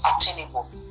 attainable